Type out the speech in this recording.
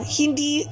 hindi